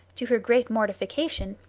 to her great mortification,